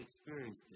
experienced